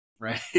right